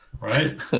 Right